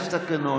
יש תקנון.